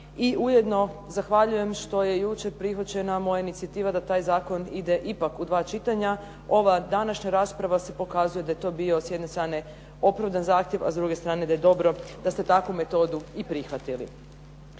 i ujedno zahvaljujem što je jučer prihvaćena moja inicijativa da taj zakon ipak ide u dva čitanja. Ova današnja rasprava se pokazuje da je to bio s jedne strane opravdan zahtjev, a s druge strane da je dobro da ste takvu metodu i prihvatili.